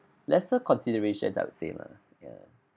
lesser considerations I would say lah ya